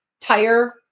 tire